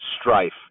strife